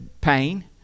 pain